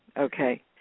Okay